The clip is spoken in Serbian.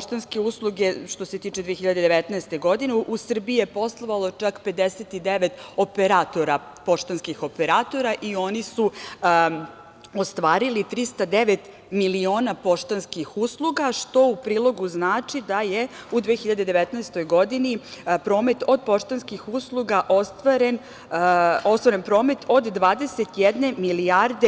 Što se tiče 2019. godine u Srbiji je poslovalo čak 59 poštanskih operatora i oni su ostvarili 309 miliona poštanskih usluga, što u prilogu znači da je u 2019. godini promet od poštanskih usluga ostvaren 21 milijardu